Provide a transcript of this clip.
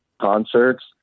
concerts